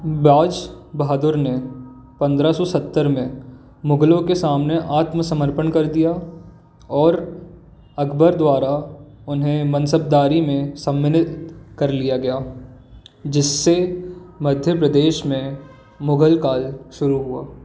बाज़ बहादुर ने पंद्रह सौ सत्तर में मुगलों के सामने आत्मसमर्पण कर दिया और अकबर द्वारा उन्हें मसबदारी में सम्मिलित कर लिया गया जिससे मध्य प्रदेश में मुग़ल काल शुरू हुआ